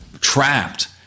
trapped